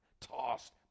tossed